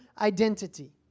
identity